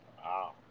Wow